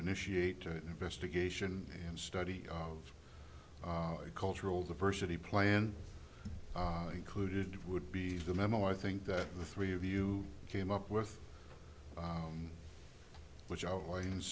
initiate the investigation and study of cultural diversity plan included would be the memo i think that the three of you came up with which outlines